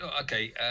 okay